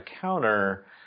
counter